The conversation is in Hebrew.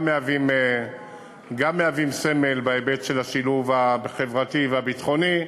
מהווים סמל בהיבט של השילוב החברתי והביטחוני.